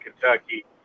Kentucky